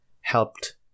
helped